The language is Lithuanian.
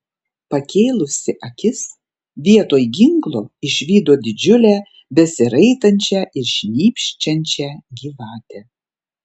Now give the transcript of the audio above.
pakėlusi akis vietoj ginklo išvydo didžiulę besiraitančią ir šnypščiančią gyvatę